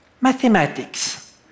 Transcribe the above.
mathematics